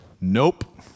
nope